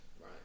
right